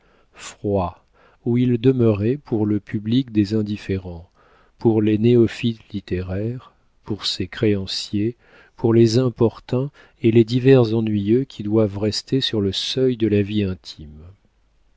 froid où il demeurait pour le public des indifférents pour les néophytes littéraires pour ses créanciers pour les importuns et les divers ennuyeux qui doivent rester sur le seuil de la vie intime